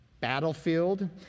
battlefield